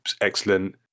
excellent